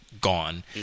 gone